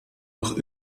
noch